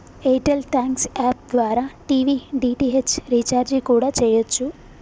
air tell thanks app ద్వారా TV DTH recharge కూడా చెయ్యచ్చు